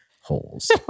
holes